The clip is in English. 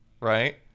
Right